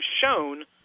shown